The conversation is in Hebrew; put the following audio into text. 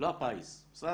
לא הפיס.